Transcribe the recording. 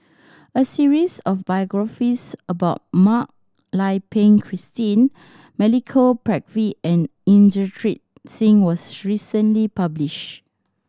a series of biographies about Mak Lai Peng Christine Milenko Prvacki and Inderjit Singh was recently published